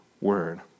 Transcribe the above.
word